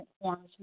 forms